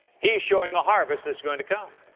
he's showing the harvest that's going to come.